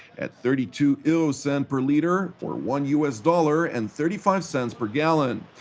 at thirty two eurocent per liter, or one u s. dollar and thirty five cents per gallon.